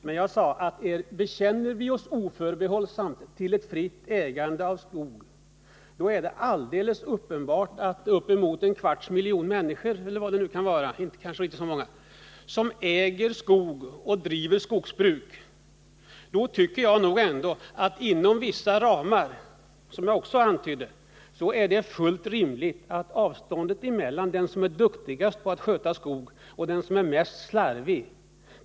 Men även om vi bekänner oss oförbehållsamt till ett fritt ägande av skog, tycker jag nog ändå, eftersom en kvarts miljon människor — eller vad det nu kan vara — äger skog och driver skogsbruk, att det inom vissa ramar, som jag också antydde, är fullt rimligt med ett visst avstånd mellan den som är duktigast på att sköta skog och den som är mest slarvig.